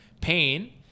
pain